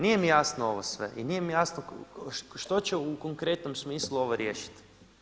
Nije mi jasno ovo sve i nije mi jasno što će u konkretnom smislu ovo riješiti.